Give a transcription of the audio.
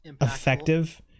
effective